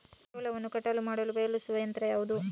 ಜೋಳವನ್ನು ಕಟಾವು ಮಾಡಲು ಬಳಸುವ ಯಂತ್ರ ಯಾವುದು?